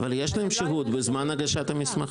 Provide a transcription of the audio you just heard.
אז הם לא היו נחשבים --- אבל יש להם שהות בזמן הגשת המסמכים.